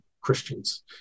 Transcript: Christians